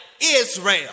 Israel